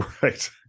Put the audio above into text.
Right